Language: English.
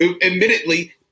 admittedly